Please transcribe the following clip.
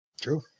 True